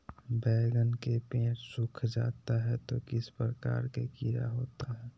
बैगन के पेड़ सूख जाता है तो किस प्रकार के कीड़ा होता है?